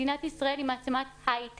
מדינת ישראל היא מעצמת הייטק,